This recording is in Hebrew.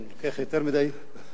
כן, לוקח יותר מדי סמכויות.